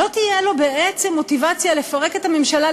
לא תהיה לו בעצם מוטיבציה לפרק את הממשלה,